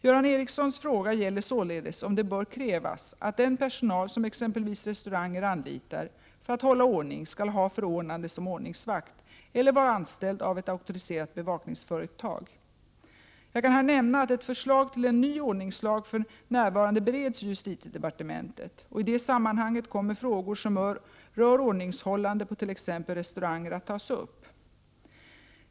Göran Ericssons frågor gäller således om det bör krävas att den personal som exempelvis restauranger anlitar för att hålla ordning skall ha förordnande som ordningsvakt eller vara anställd av ett auktoriserat bevakningsföretag. Jag kan nämna att ett förslag till en ny ordningslag för närvarande bereds i justitiedepartementet. I det sammanhanget kommer frågor som rör ordningshållningen på t.ex. restauranger att tas upp.